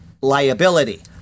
liability